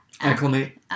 Acclimate